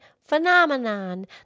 phenomenon